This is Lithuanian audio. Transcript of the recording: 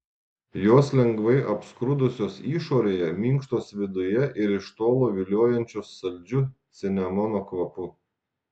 jos lengvai apskrudusios išorėje minkštos viduje ir iš tolo viliojančios saldžiu cinamono kvapu